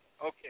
Okay